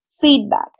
feedback